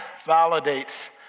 validates